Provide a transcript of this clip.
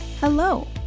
Hello